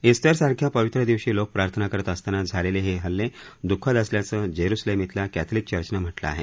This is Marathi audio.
ईस्टर सारख्या पवित्र दिवशी लोक प्रार्थना करत असताना झालेले हे हल्ले दुःखद असल्याचं जेरुसलेम इथल्या कॅथलिक चर्चनं म्हटलं आहे